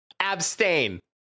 Abstain